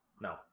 No